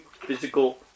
physical